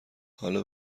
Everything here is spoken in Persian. حالا